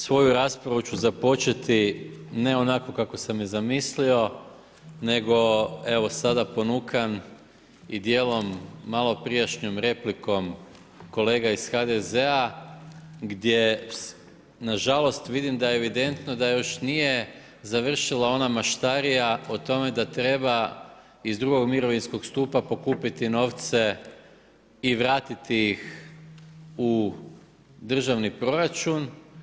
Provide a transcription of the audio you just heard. Svoju raspravu ću započeti ne onako kako sam je zamislio, nego evo sada ponukan i dijelom malo prijašnjom replikom kolega iz HDZ-a gdje na žalost vidim da je evidentno da još nije završila ona maštarija o tome da treba iz drugog mirovinskog stupa pokupiti novce i vratiti ih u državni proračun.